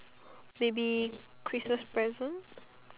maybe Christmas present